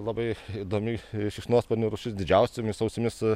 labai įdomi šikšnosparnių rūšis didžiausiomis ausimis